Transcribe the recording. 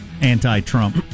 Anti-Trump